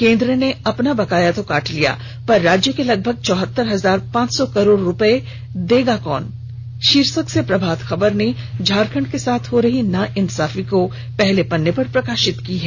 केंद्र ने अपना बकाया तो काट लिया पर राज्य के लगभग चौहतर हजार पांच सौ करोड़ रुपए का बकाया देगा कौन शीर्षक से प्रभात खबर ने झारखंड के साथ हो रही नाइंसाफी को पहले पन्ने पर प्रकाशित किया है